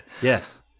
yes